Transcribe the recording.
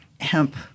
hemp